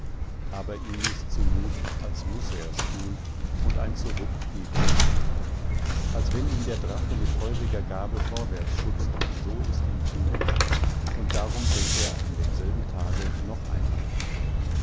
aber ihm ist zumut als muß er es tun und ein zurück gebe es nicht als wenn ihn der drache mit feuriger gabel vorwärts schubst so ist ihm zumut und darum fängt er an demselben tage noch einmal an